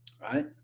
Right